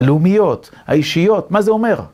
לאומיות, האישיות, מה זה אומר?